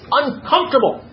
uncomfortable